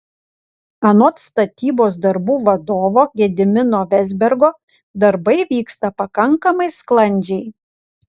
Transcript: anot statybos darbų vadovo gedimino vezbergo darbai vyksta pakankamai sklandžiai